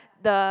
the